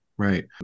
Right